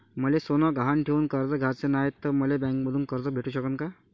मले सोनं गहान ठेवून कर्ज घ्याचं नाय, त मले बँकेमधून कर्ज भेटू शकन का?